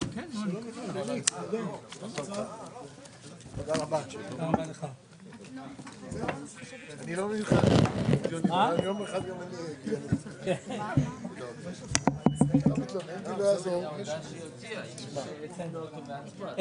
15:55.